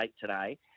today